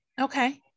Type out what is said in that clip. Okay